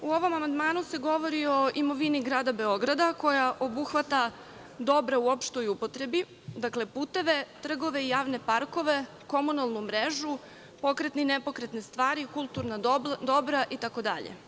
U ovom amandmanu se govori o imovini Grada Beograda, koja obuhvata dobra u opštoj upotrebi, dakle, puteve, trgove i javne parkove, komunalnu mrežu, pokretne i nepokretne stvari, kulturna dobra, itd.